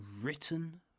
written